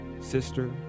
sister